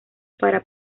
para